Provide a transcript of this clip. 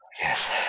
Yes